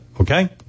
okay